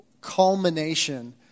culmination